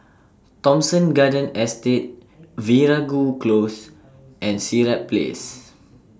Thomson Garden Estate Veeragoo Close and Sirat Place